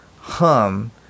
Hum